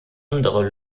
andere